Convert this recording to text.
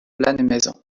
lannemezan